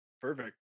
Perfect